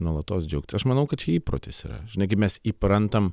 nuolatos džiaugtis aš manau kad čia įprotis yra negi mes įprantam